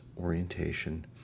orientation